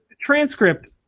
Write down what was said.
transcript